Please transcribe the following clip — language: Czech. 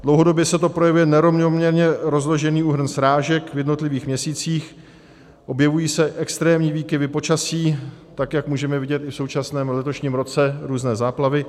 Dlouhodobě se to projevuje nerovnoměrně rozloženým úhrnem srážek v jednotlivých měsících, objevují se extrémní výkyvy počasí, tak jak můžeme vidět i v současném, letošním roce, různé záplavy.